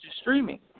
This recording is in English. streaming